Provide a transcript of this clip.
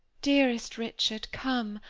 dearest richard, come,